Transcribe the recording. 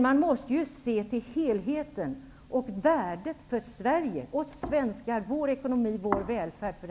Man måste ju se till helheten och värdet av det här EES-avtalet för Sverige, för oss svenskar, vår ekonomi och vår välfärd.